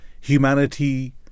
humanity